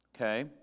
Okay